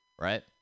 Right